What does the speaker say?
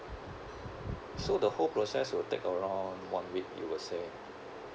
so the whole process will take around one week you would say